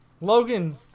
logan